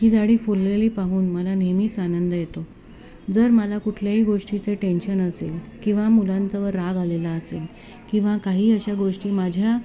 ही झाडी फुललेली पाहून मला नेहमीच आनंद येतो जर मला कुठल्याही गोष्टीचे टेन्शन असेल किंवा मुलांच्यावर राग आलेला असेल किंवा काही अशा गोष्टी माझ्या